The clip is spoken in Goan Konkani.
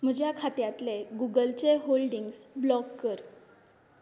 म्हज्या खात्यांतलें गुगलचे होल्डिंग्स ब्लॉक कर